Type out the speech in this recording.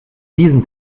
diesen